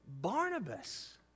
Barnabas